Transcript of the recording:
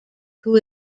who